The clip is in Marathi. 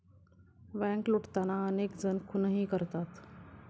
बँक लुटताना अनेक जण खूनही करतात